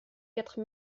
quatre